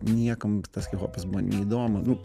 niekam tas hiphopas buvo neįdomu nu